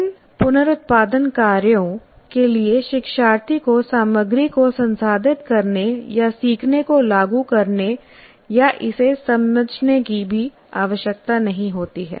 इन पुनरुत्पादन कार्यों के लिए शिक्षार्थी को सामग्री को संसाधित करने या सीखने को लागू करने या इसे समझने की भी आवश्यकता नहीं होती है